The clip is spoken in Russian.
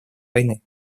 войны